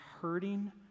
hurting